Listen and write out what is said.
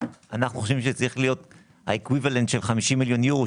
אנחנו חושבים שצריך להיות שווה ערך ל-50 מיליון יורו,